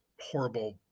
horrible